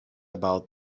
about